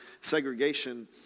segregation